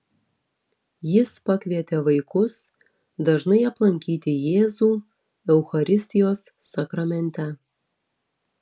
jis pakvietė vaikus dažnai aplankyti jėzų eucharistijos sakramente